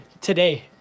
today